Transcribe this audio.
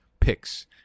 picks